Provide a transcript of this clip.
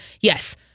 yes